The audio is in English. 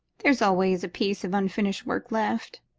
there's always a piece of unfinished work left,